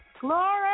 Glory